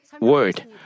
word